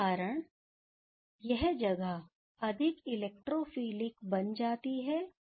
इस कारण यह जगह अधिक इलेक्ट्रोफिलिक बन जाती है